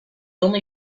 only